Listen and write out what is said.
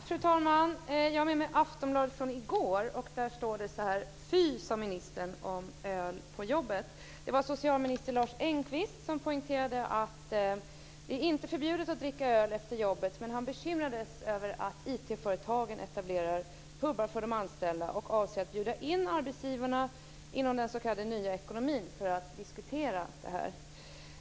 Fru talman! Jag har med mig Aftonbladet från i går. Där står det: "Fy, sa ministern om öl på jobbet". Socialminister Lars Engqvist poängterade att det inte är förbjudet att dricka öl efter jobbet. Men han var bekymrad över att IT-företagen etablerar pubar för de anställda och han avser att bjuda in arbetsgivarna inom den s.k. nya ekonomin för att diskutera det här.